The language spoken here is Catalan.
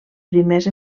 primers